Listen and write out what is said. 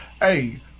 hey